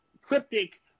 cryptic